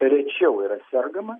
rečiau yra sergama